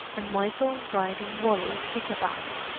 and michael riding wally pick-a-back,